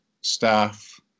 staff